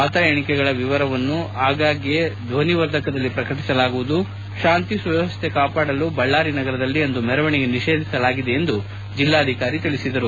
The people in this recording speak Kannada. ಮತ ಎಣಿಕೆಗಳ ವಿವರವನ್ನು ಆಗಾಗ್ಯೆ ಧ್ವನಿವರ್ಧಕದಲ್ಲಿ ಪ್ರಕಟಸಲಾಗುವುದು ತಾಂತಿ ಸುವ್ಧವಸ್ಥೆ ಕಾಪಾಡಲು ಬಳ್ಳಾರಿ ನಗರದಲ್ಲಿ ಅಂದು ಮೆರವಣಿಗೆ ನಿಷೇಧಿಸಲಾಗಿದೆ ಎಂದು ಜಿಲ್ಲಾಧಿಕಾರಿ ಹೇಳಿದರು